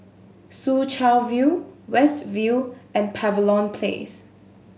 Soo Chow View West View and Place